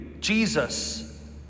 Jesus